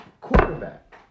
quarterback